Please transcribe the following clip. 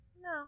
No